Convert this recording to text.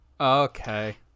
okay